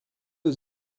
aux